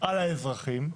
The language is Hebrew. על האזרחים,